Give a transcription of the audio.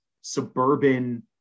suburban